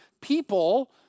people